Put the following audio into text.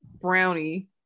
brownie